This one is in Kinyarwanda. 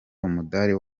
umudari